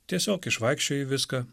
tiesiog išvaikščioji viską